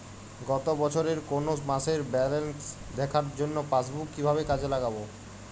গত বছরের কোনো মাসের ব্যালেন্স দেখার জন্য পাসবুক কীভাবে কাজে লাগাব?